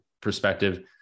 perspective